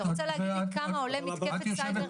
אתה רוצה להגיד לי כמה עולה מתקפת סייבר?